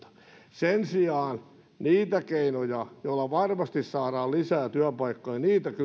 sen sijaan niitä keinoja joilla varmasti saadaan lisää työpaikkoja